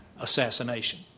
assassination